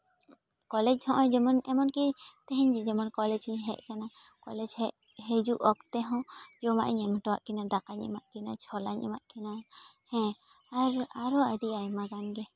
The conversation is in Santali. ᱠᱚᱞᱮᱡ ᱦᱚᱸᱜᱼᱚᱭ ᱡᱮᱢᱚᱱ ᱮᱢᱚᱱ ᱠᱤ ᱛᱮᱦᱮᱧ ᱜᱮ ᱡᱮᱢᱚᱱ ᱠᱚᱞᱮᱡᱤᱧ ᱦᱮᱡ ᱟᱠᱟᱱᱟ ᱠᱚᱞᱮᱡ ᱦᱮᱡ ᱦᱤᱡᱩᱜ ᱚᱠᱛᱮ ᱦᱚᱸ ᱡᱚᱢᱟᱜ ᱤᱧ ᱮᱢ ᱦᱚᱴᱚᱣᱟᱜ ᱠᱤᱱᱟᱹ ᱫᱟᱠᱟᱧ ᱮᱢᱟᱜ ᱠᱤᱱᱟᱹ ᱪᱷᱚᱞᱟᱧ ᱮᱢᱟᱜ ᱠᱤᱱᱟᱹ ᱦᱮᱸ ᱟᱨ ᱟᱨᱚ ᱟᱹᱰᱤ ᱟᱭᱢᱟ ᱜᱟᱱ ᱜᱮ